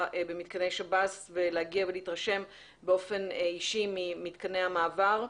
במתקני שב"ס ולהגיע ולהתרשם באופן אישי ממתקני המעבר.